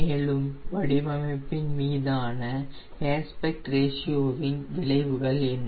மேலும் வடிவமைப்பின் மீதான ஏஸ்பெக்ட் ரேஷியோ வின் விளைவுகள் என்ன